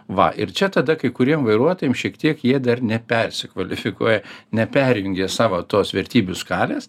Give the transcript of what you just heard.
va ir čia tada kai kuriem vairuotojam šiek tiek jie dar nepersikvalifikuoja neperjungė savo tos vertybių skalės